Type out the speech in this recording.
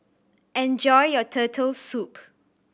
enjoy your Turtle Soup